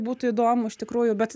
būtų įdomu iš tikrųjų bet